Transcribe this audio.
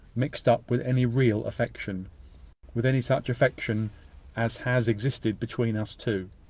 mixed up with any real affection with any such affection as has existed between us two?